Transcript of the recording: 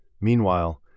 Meanwhile